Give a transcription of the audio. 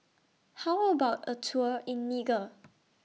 How about A Tour in Niger